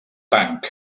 punk